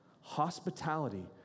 Hospitality